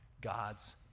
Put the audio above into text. God's